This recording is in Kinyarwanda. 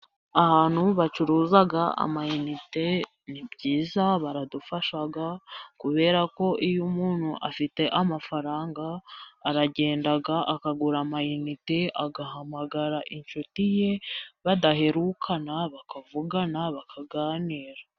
Ahantu bacuruza amayinite ni byiza ,baradufasha ,kubera ko iyo umuntu adafite amafaranga, aragenda akagura amayinite ,agahamagara inshuti ye badaherukana, bakavugana, bakaganira.